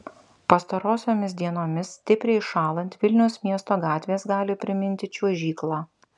pastarosiomis dienomis stipriai šąlant vilniaus miesto gatvės gali priminti čiuožyklą